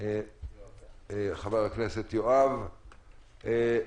אחריה חבר הכנסת יואב קיש,